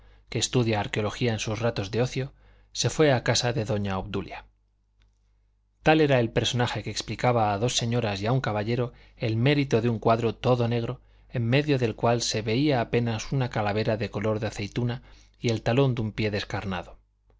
que estudia arqueología en sus ratos de ocio se fue a casa de doña obdulia tal era el personaje que explicaba a dos señoras y a un caballero el mérito de un cuadro todo negro en medio del cual se veía apenas una calavera de color de aceituna y el talón de un pie descarnado